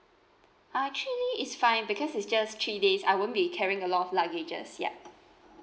actually it's fine because it's just three days I won't be carrying a lot of luggages ya